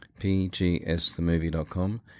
pgsthemovie.com